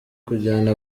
kujyana